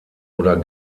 oder